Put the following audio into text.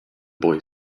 boy